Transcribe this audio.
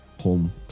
home